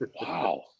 Wow